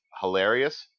hilarious